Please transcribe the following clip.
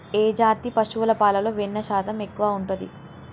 ఏ జాతి పశువుల పాలలో వెన్నె శాతం ఎక్కువ ఉంటది?